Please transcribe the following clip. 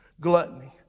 Gluttony